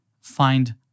find